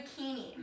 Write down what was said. bikini